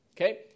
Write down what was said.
okay